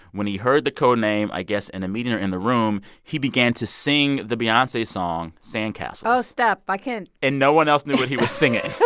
when he heard the code name, i guess in and a meeting or in the room, he began to sing the beyonce song sandcastles. oh, stop. i can't. and no one else knew what he was singing